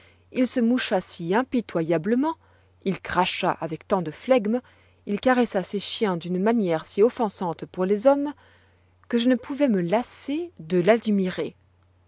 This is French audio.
il se moucha si impitoyablement il cracha avec tant de flegme il caressa ses chiens d'une manière si offensante pour les hommes que je ne pouvois me lasser de l'admirer